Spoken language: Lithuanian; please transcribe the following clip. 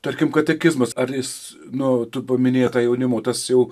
tarkim katekizmas ar jis nu tu paminėjai tą jaunimo tas jau